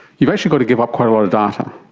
you've actually got to give up quite a lot of data.